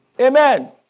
Amen